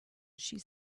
she